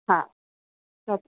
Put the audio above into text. हा छो